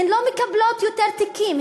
הן לא מקבלות יותר תיקים,